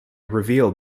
revealed